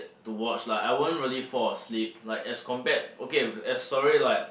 to watch lah I won't really fall asleep like as compared okay as sorry like